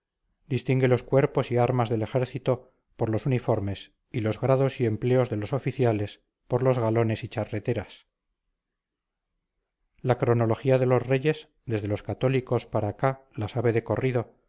distingue los cuerpos y armas del ejército por los uniformes y los grados y empleos de los oficiales por los galones y charreteras la cronología de los reyes desde los católicos para acá la sabe de corrido